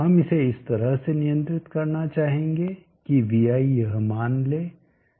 हम इसे इस तरह से नियंत्रित करना चाहेंगे कि vi यह मान ले